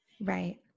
right